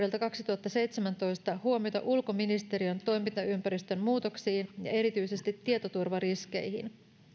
kaksituhattaseitsemäntoista huomiota ulkoministeriön toimintaympäristön muutoksiin ja erityisesti tietoturvariskeihin